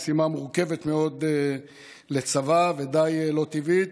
משימה מורכבת מאוד לצבא ודי לא טבעית,